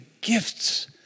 gifts